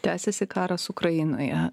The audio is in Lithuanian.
tęsiasi karas ukrainoje